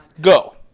Go